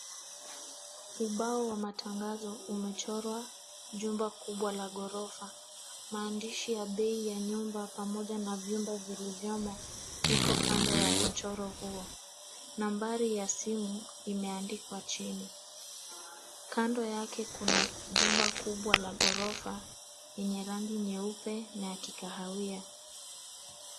Ubao wa matangazo umechorwa jumba kubwa la gorofa, maandishi ya bei ya nyumba pamoja na vyumba vilivyomo, iko kando ya mchoro huo. Nambari ya simu imeandikwa chini. Kando yake kuna jumba kubwa la gorofa yenye rangi nyeupe na ya kikahawia.